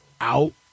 out